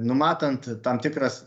numatant tam tikras